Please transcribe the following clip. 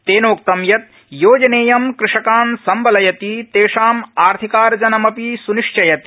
तेनोक्तम् यत् योजनेयं कृषकान् संबलयति तेषाम् आर्थिकार्जनमपि स्निश्चयति